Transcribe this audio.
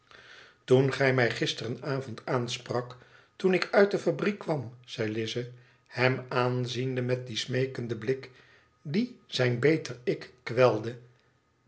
toen gij mij eergisteravondaanspraakt toenik uit de fabriek kwam zei lize hem aanziende met dien smeekenden blik die zijn beter ik